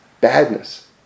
badness